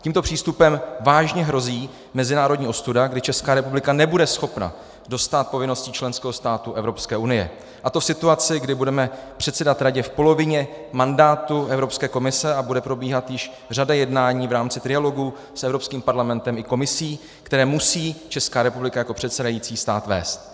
Tímto přístupem vážně hrozí mezinárodní ostuda, kdy Česká republika nebude schopna dostát povinností členského státu EU, a to v situaci, kdy budeme předsedat Radě v polovině mandátu Evropské komise a bude probíhat již řada jednání v rámci trialogu s Evropským parlamentem i Komisí, které musí Česká republika jako předsedající stát vést.